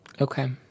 Okay